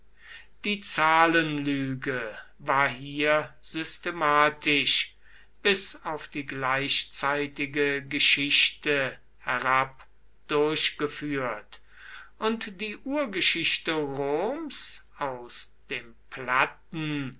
die zahlenlüge war hier systematisch bis auf die gleichzeitige geschichte herab durchgeführt und die urgeschichte roms aus dem platten